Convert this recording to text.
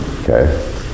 Okay